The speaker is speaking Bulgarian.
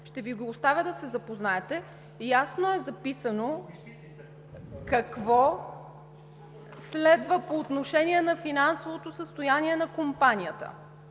ще Ви го оставя да се запознаете. Ясно е записано какво следва по отношение на финансовото състояние на Компанията,